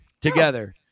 together